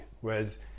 Whereas